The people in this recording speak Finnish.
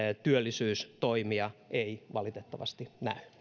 työllisyystoimia valitettavasti näy